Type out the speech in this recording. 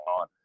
on